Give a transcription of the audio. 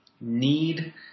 need